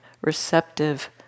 receptive